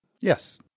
Yes